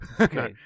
Okay